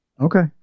Okay